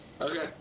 Okay